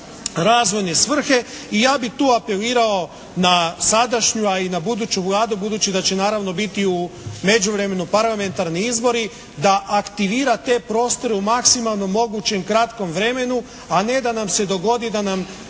razvojne svrhe. I ja bih tu apelirao na sadašnju, a i buduću Vladu, budući da će biti u međuvremenu naravno parlamentarni izbori da aktivira te prostore u maksimalnom mogućem kratkom vremenu, a ne da nam se dogodi da nam